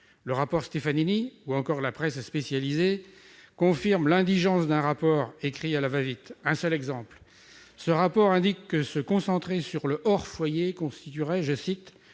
Le rapport Stefanini, ou encore la presse spécialisée confirment l'indigence d'un rapport écrit à la va-vite. Un seul exemple : ce document indique que se concentrer sur le hors foyer constituerait « une